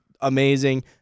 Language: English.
Amazing